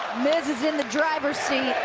miz is in the driver's seat.